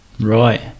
right